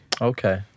Okay